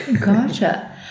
Gotcha